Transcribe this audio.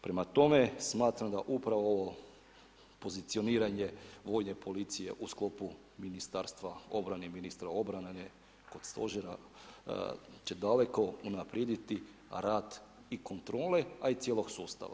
Prema tome, smatram da upravo ovo pozicioniranje vojne policije u sklopu Ministarstva obrane i ministra obrane kod stožera će daleko unaprijediti rad i kontrole cijelog sustava.